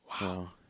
Wow